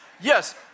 Yes